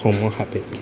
সময় সাপেক্ষে